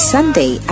Sunday